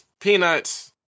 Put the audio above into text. peanuts